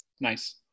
Nice